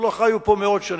הם לא חיו פה מאות שנים.